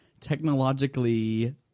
technologically